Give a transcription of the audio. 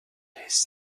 his